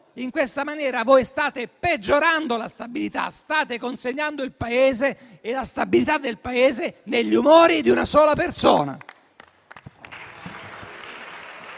In questa maniera state peggiorando la stabilità e consegnando il Paese e la sua stabilità agli umori di una sola persona.